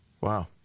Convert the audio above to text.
Wow